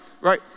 Right